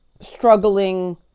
struggling